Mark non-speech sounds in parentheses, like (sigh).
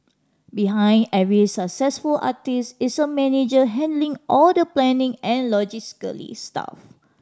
behind every successful artist is a manager handling all the planning and logistical (unintelligible) stuff